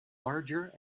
larger